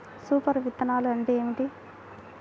Super విత్తనాలు అంటే ఏమిటి?